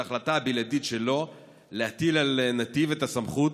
זאת ההחלטה הבלעדית שלו להטיל על נתיב את הסמכות